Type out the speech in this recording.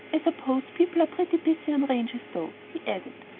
i suppose people are pretty busy on ranches, though, he added.